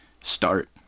start